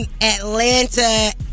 Atlanta